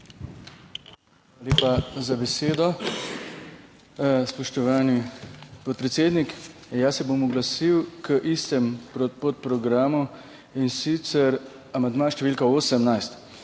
Hvala lepa za besedo, spoštovani podpredsednik. Jaz se bom oglasil k istemu podprogramu, in sicer amandma številka 18.